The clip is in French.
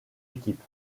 équipe